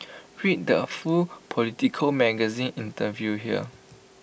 read the full Politico magazine interview here